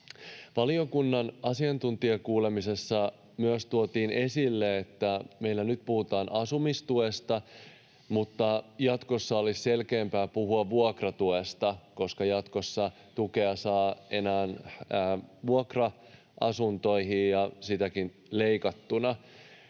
Valiokunnan asiantuntijakuulemisessa tuotiin myös esille, että meillä nyt puhutaan asumistuesta, mutta jatkossa olisi selkeämpää puhua vuokratuesta, koska jatkossa tukea saa enää vuokra-asuntoihin ja sitäkin leikattuna.